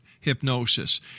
hypnosis